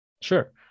Sure